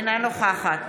אינה נוכחת